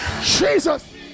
Jesus